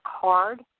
card